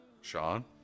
Sean